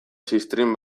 ziztrin